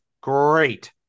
great